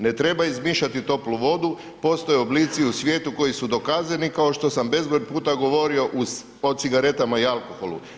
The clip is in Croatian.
Ne treba izmišljati toplu vodu, postoje oblici u svijetu koji su dokazani kao što sam bezbroj puta govorio o cigaretama i alkoholu.